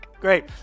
Great